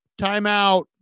timeout